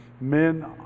Men